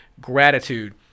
gratitude